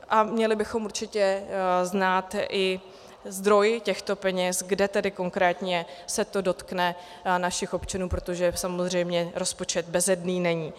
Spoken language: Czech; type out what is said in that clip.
A měli bychom určitě znát i zdroj těchto peněz, kde tedy konkrétně se to dotkne našich občanů, protože samozřejmě rozpočet bezedný není.